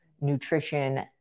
nutrition